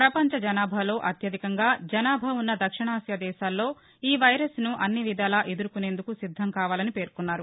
పపంచ జనాభాలో అత్యధికంగా జనాభా ఉన్న దక్షిణాసియాలో ఈ వైరస్ను అన్ని విధాలా ఎదుర్కొనేందుకు సిద్దం కావాలని పేర్కొన్నారు